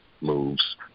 moves